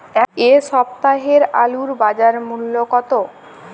এ সপ্তাহের আলুর বাজার মূল্য কত?